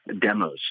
demos